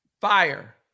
Fire